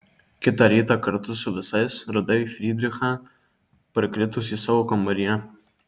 kitą rytą kartu su visais radai frydrichą parkritusį savo kambaryje